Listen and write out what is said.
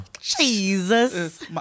Jesus